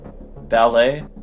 Ballet